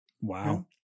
Wow